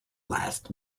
last